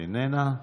איננה.